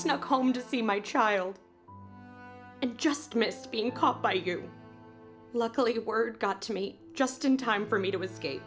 snuck home to see my child and just missed being caught by you luckily it word got to me just in time for me to escape